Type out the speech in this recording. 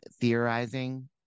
theorizing